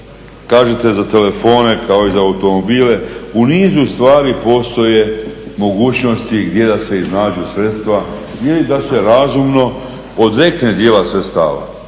tražite za telefone kao i za automobile, u nizu stvari postoje mogućnosti gdje da se iznađu sredstva ili da se razumno odrekne dijela sredstava.